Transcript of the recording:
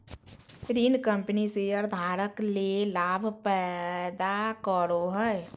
ऋण कंपनी शेयरधारक ले लाभ पैदा करो हइ